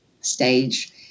stage